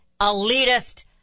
elitist